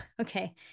okay